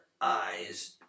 eyes